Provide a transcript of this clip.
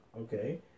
okay